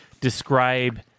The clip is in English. describe